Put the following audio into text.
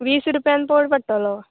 वीस रुपयान पोड पडटलो